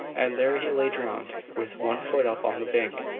and there he lay drowned, with one foot up on the bank,